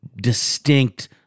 distinct –